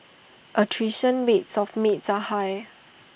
attrition rates of maids are high